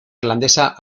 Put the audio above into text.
irlandesa